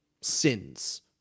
sins